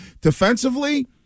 Defensively